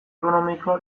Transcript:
ekonomikoa